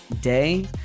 day